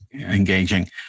engaging